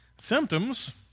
Symptoms